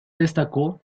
destacó